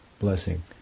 blessing